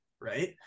Right